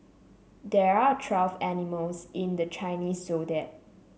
there are twelve animals in the Chinese Zodiac